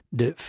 de